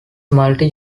multi